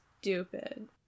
stupid